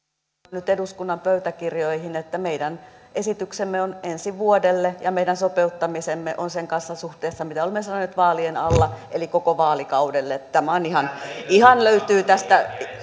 nyt eduskunnan pöytäkirjoihin että meidän esityksemme on ensi vuodelle ja meidän sopeuttamisemme on sen kanssa suhteessa mitä olemme sanoneet vaalien alla eli koko vaalikaudelle ihan ihan löytyy tästä